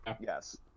yes